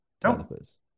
developers